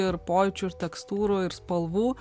ir pojūčių ir tekstūrų ir spalvų